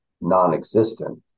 non-existent